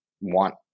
want